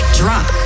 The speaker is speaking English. drop